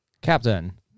Captain